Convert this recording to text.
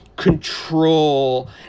control